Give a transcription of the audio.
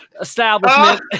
establishment